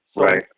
Right